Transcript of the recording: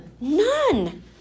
None